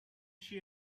she